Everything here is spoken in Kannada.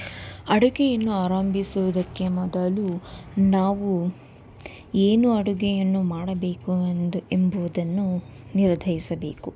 ಅಡುಗೆಯನ್ನು ಆರಂಭಿಸುವುದಕ್ಕೆ ಮೊದಲು ನಾವು ಏನು ಅಡುಗೆಯನ್ನು ಮಾಡಬೇಕು ಎಂದು ಎಂಬುವುದನ್ನು ನಿರ್ಧರಿಸಬೇಕು